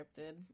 scripted